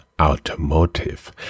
automotive